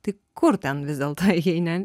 tai kur ten vis dėlto eini